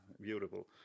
beautiful